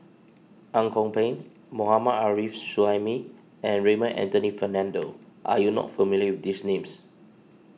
Ang Kok Peng Mohammad Arif Suhaimi and Raymond Anthony Fernando are you not familiar with these names